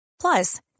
Plus